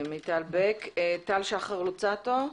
טל שחר לוצאטו,